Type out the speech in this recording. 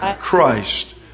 Christ